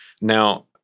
Now